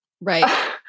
Right